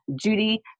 Judy